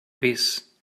this